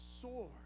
soar